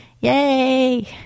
Yay